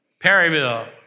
Perryville